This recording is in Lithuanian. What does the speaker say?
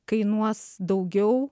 kainuos daugiau